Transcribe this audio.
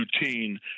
routine